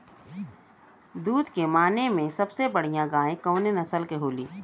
दुध के माने मे सबसे बढ़ियां गाय कवने नस्ल के होली?